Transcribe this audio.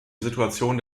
situation